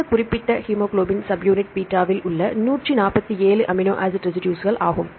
இந்த குறிப்பிட்ட haemoglobin subunit பீட்டாவில் உள்ள 147 அமினோ ஆசிட் ரெசிடுஸ்கள் ஆகும்